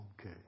Okay